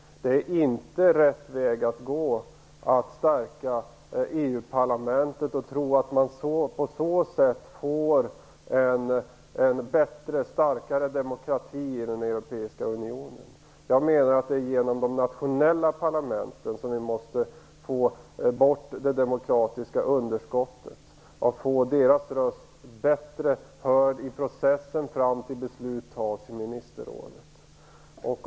Det är inte rätt väg att gå att stärka EU-parlamentet och tro att man på så sätt får en bättre och starkare demokrati i den Europeiska unionen. Jag menar att det är genom de nationella parlamenten vi kan få bort det demokratiska underskottet; genom att göra deras röster bättre hörda i processen fram till beslut i ministerrådet.